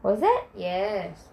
was it